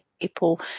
people